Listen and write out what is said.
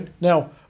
now